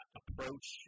approach